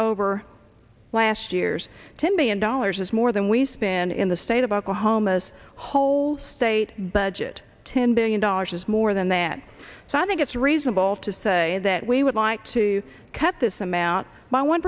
over last year's ten billion dollars that's more than we've been in the state about the homo's whole state budget ten billion dollars is more than that so i think it's reasonable to say that we would like to cut this amount by one